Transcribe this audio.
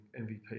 MVP